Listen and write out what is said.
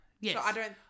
yes